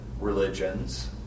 religions